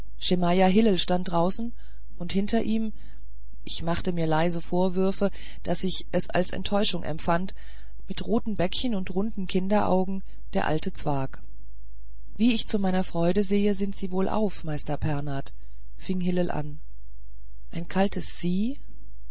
stand straußen und hinter ihm ich machte mir leise vorwürfe daß ich es als enttäuschung empfand mit roten bäckchen und runden kinderaugen der alte zwakh wie ich zu meiner freude sehe sind sie wohlauf meister pernath fing hillel an ein kaltes sie